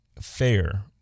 fair